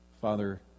Father